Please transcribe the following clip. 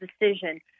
decision